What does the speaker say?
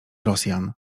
rosjan